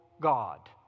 God